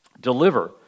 Deliver